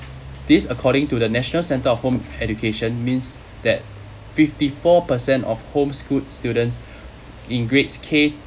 this according to the national centre of home education means that fifty four percent of homeschooled students in grades k